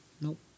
Nope